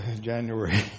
January